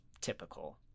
typical